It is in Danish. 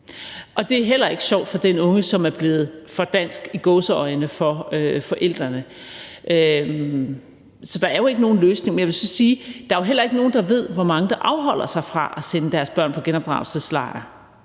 Det er heller ikke sjovt for den unge, som set med forældrenes øjne er blevet for dansk, i gåseøjne. Så der er jo ikke nogen løsning. Men jeg vil så sige, at der jo heller ikke er nogen, der ved, hvor mange der afholder sig fra at sende deres børn på genopdragelsesrejse,